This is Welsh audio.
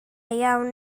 iawn